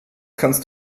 kannst